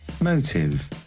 Motive